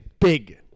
Big